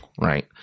right